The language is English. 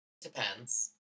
Depends